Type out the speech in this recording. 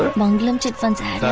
mangalam chit funds and